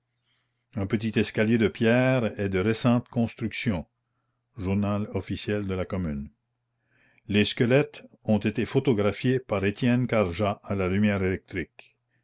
un petit escalier de pierre est de récente construction journal officiel de la commune les squelettes ont été photographiés par etienne carjat à la lumière électrique